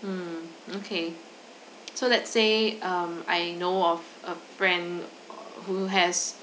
hmm okay so let's say um I know of a friend who has